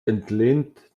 entlehnt